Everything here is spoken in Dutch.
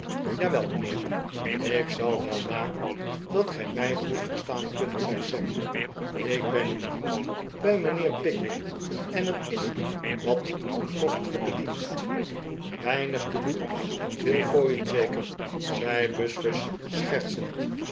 jawel mijnheer ik zal wel maken dat gij mij goed verstaan kunt zei sam ik ben in dienst bij mijnheer pickwick en het is wat een kostelijke dienst weinig te doen en veel fooien zeker zei buzfuz schertsend